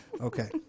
Okay